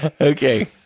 Okay